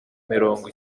mirongo